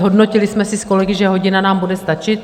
Zhodnotili jsme si s kolegy, že hodina nám bude stačit.